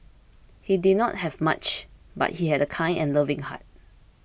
he did not have much but he had a kind and loving heart